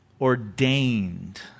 ordained